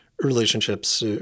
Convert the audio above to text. relationships